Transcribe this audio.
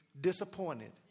disappointed